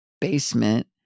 basement